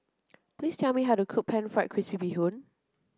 please tell me how to cook pan fried crispy bee hoon